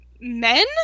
men